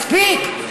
מספיק.